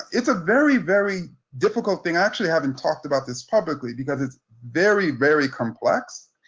it's a very, very difficult thing, actually having talked about this publicly because it's very, very complex,